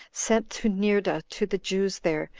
sent to neerda to the jews there,